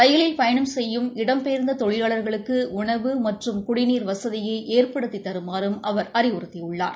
ரயிலில் பயணம் செய்யும் இடம் பெயர்ந்த தொழிலாளர்களுக்கு உணவு மற்றும் குடிநீர் வசதியை ஏற்படுத்தித தருமாறும் அவர் அறிவுறுத்தியுள்ளார்